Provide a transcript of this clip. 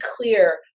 clear